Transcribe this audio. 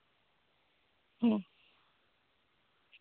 ᱦᱮᱸ